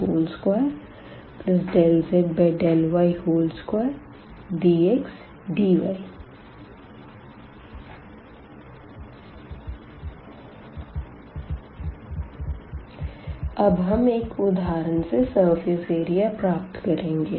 S∬D1∂z∂x2∂z∂y2dxdy अब हम एक उदाहरण से सरफेस एरिया प्राप्त करेंगे